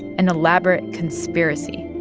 an elaborate conspiracy